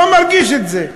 הוא לא מרגיש את זה.